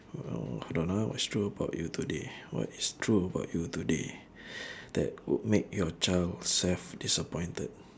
well I don't ah what's true about you today what is true about you today that would make your child self disappointed